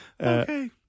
Okay